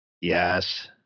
yes